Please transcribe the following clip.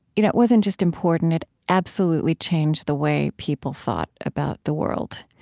you know, it wasn't just important, it absolutely changed the way people thought about the world.